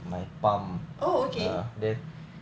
oh okay